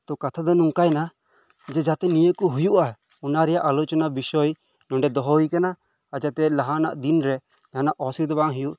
ᱛᱚ ᱠᱟᱛᱷᱟ ᱫᱚ ᱱᱚᱝᱠᱟ ᱮᱱᱟ ᱡᱮ ᱡᱟᱛᱮ ᱱᱤᱭᱟᱹ ᱠᱚ ᱦᱳᱭᱳᱜᱼᱟ ᱚᱱᱟᱨᱮᱭᱟᱜ ᱟᱞᱳᱪᱚᱱᱟ ᱵᱤᱥᱚᱭ ᱱᱚᱸᱰᱮ ᱫᱚᱦᱚ ᱦᱳᱭ ᱟᱠᱟᱱᱟ ᱡᱟᱛᱮ ᱞᱟᱦᱟᱱᱟᱜ ᱫᱤᱱ ᱨᱮ ᱡᱟᱦᱟᱸᱱᱟᱜ ᱚᱥᱵᱤᱫᱷᱟ ᱵᱟᱝ ᱦᱳᱭᱳᱜ